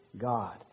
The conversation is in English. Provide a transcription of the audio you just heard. God